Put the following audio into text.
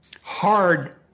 hard